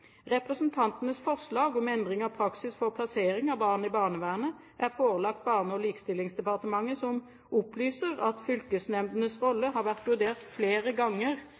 Representantenes forslag om endring av praksis for plassering av barn i barnevernet er forelagt Barne- og likestillingsdepartementet, som opplyser at fylkesnemndenes rolle har vært vurdert flere ganger